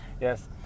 Yes